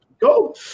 go